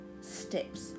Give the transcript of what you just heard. steps